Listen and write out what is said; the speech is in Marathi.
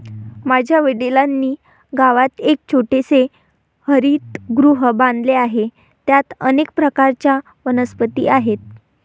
माझ्या वडिलांनी गावात एक छोटेसे हरितगृह बांधले आहे, त्यात अनेक प्रकारच्या वनस्पती आहेत